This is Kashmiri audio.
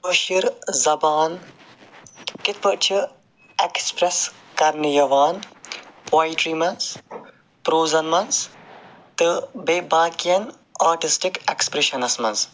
کٲشٕر زبان کِتھ پٲٹھۍ چھِ اٮ۪کٕسپرٛٮ۪س کرنہٕ یِوان پایِٹری منٛز پرٛوزَن منٛز تہٕ بیٚیہِ باقِیَن آرٹِسٹِک اٮ۪کٕسپرٛٮ۪شَنَس منٛز